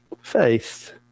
Faith